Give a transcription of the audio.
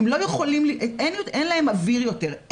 אין להם אוויר יותר.